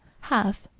half